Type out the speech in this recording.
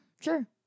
sure